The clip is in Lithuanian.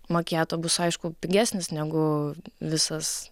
makiato bus aišku pigesnis negu visas